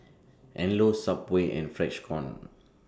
Anello Subway and Freshkon